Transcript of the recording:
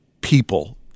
people